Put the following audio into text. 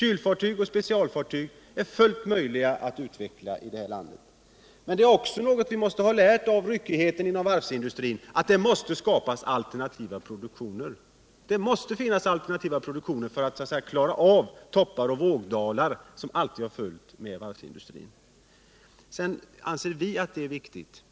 Det är fullt möjligt att i det här landet utveckla kylfartyg och specialfartyg. Men något som vi också måste ha lärt av ryckigheten inom varvsindustrin är att det måste skapas alternativa produktioner. Det måste finnas alternativ produktion för att klara av toppar och vågdalar som alltid förekommit inom varvsindustrin. Sedan anser vi att det är viktigt